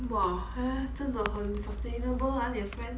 !wah! 他真的 on sustainable ah 你的 friend